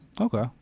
Okay